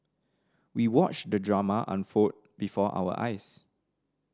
we watched the drama unfold before our eyes